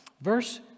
Verse